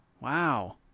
wow